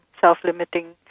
self-limiting